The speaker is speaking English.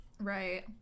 Right